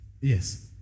Yes